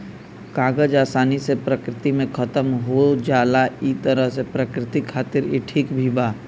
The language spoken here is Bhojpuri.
कागज आसानी से प्रकृति में खतम हो जाला ए तरह से प्रकृति खातिर ई ठीक भी बा